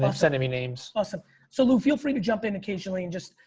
um sending me names. awesome so lou, feel free to jump in occasionally and just,